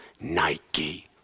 Nike